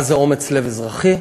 מה זה אומץ לב אזרחי?